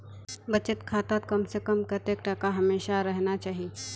बचत खातात कम से कम कतेक टका हमेशा रहना चही?